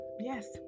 yes